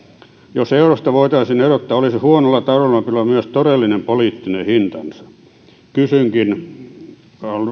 jos eurosta voitaisiin erottaa olisi huonolla taloudenpidolla myös todellinen poliittinen hintansa kysynkin